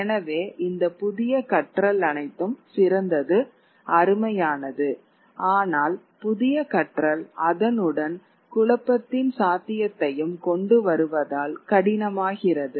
எனவே இந்த புதிய கற்றல் அனைத்தும் சிறந்தது அருமையானது ஆனால் புதிய கற்றல் அதனுடன் குழப்பத்தின் சாத்தியத்தையும் கொண்டு வருவதால் கடினமாகிறது